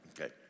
Okay